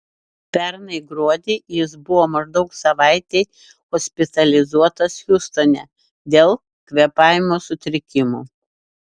pernai gruodį jis buvo maždaug savaitei hospitalizuotas hjustone dėl kvėpavimo sutrikimų